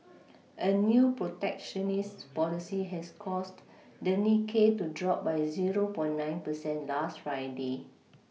a new protectionist policy has caused the Nikkei to drop by zero per nine percent last Friday